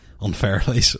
unfairly